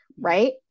right